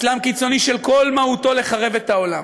אסלאם קיצוני שכל מהותו לחרב את העולם.